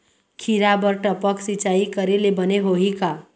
खिरा बर टपक सिचाई करे ले बने होही का?